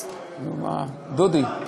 דודי.